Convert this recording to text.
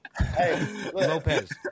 Lopez